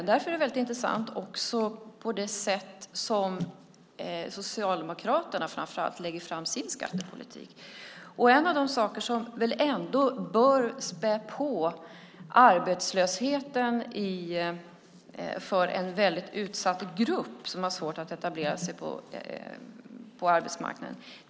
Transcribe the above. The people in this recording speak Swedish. Därför är det intressant hur framför allt Socialdemokraterna lägger fram sin skattepolitik. Det finns en sak som ändå bör späda på arbetslösheten för en väldigt utsatt grupp, nämligen ungdomarna, som har svårt att etablera sig på arbetsmarknaden.